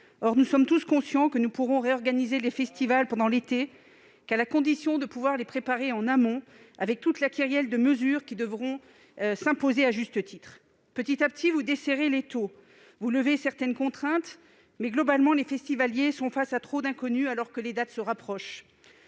nous en sommes tous conscients : nous ne pourrons organiser les festivals pendant l'été qu'à la condition de les préparer en amont, avec la kyrielle de mesures qui devront s'imposer à juste titre. Petit à petit, vous desserrez l'étau : vous levez certaines contraintes, mais globalement les festivaliers sont face à trop d'inconnues, alors que les dates se rapprochent.